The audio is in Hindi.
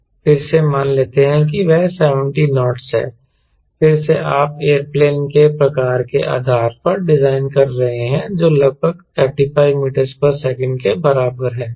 फिर से मान लेते हैं कि वह 70 नॉट है फिर से आप एयरप्लेन के प्रकार के आधार पर डिजाइन कर रहे हैं जो लगभग 35ms के बराबर है